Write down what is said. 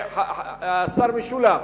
השר משולם,